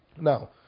Now